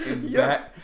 Yes